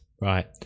Right